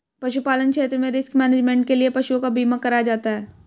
पशुपालन क्षेत्र में रिस्क मैनेजमेंट के लिए पशुओं का बीमा कराया जाता है